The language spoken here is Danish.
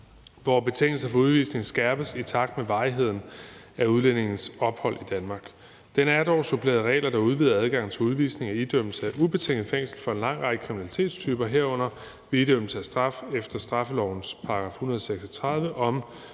hvor betingelser for udvisning skærpes i takt med varigheden af udlændingens ophold i Danmark. Den er dog suppleret af regler, der udvider adgangen til udvisning og idømmelse af ubetinget fængsel for en lang række kriminalitetstyper, herunder ved idømmelse af straf efter straffelovens § 136 om